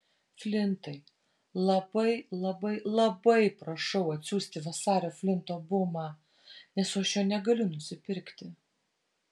flintai labai labai labai prašau atsiųsti vasario flinto bumą nes aš jo negaliu nusipirkti